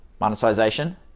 monetization